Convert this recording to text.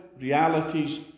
realities